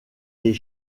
les